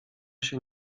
się